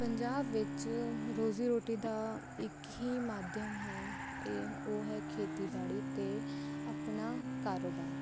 ਪੰਜਾਬ ਵਿੱਚ ਰੋਜ਼ੀ ਰੋਟੀ ਦਾ ਇੱਕ ਹੀ ਮਾਧਿਅਮ ਹੈ ਇਹ ਉਹ ਹੈ ਖੇਤੀਬਾੜੀ ਅਤੇ ਆਪਣਾ ਕਾਰੋਬਾਰ